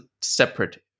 separate